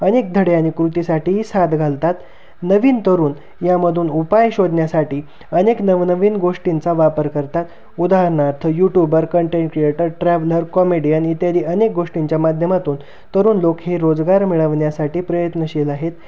अनेक धडे आणि कृतीसाठी साद घालतात नवीन तरुण यामधून उपाय शोधण्यासाठी अनेक नवनवीन गोष्टींचा वापर करतात उदाहरणार्थ YouTuber content creator traveller comedian इत्यादी अनेक गोष्टींच्या माध्यमातून तरुण लोक हे रोजगार मिळवण्यासाठी प्रयत्नशील आहेत